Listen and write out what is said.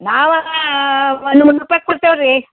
ನಾವು ಒಂದು ಮುನ್ನೂರ ರೂಪಾಯಿ ಕೊಡ್ತೇವೆ ರೀ